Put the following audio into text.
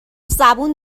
زبون